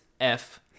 F-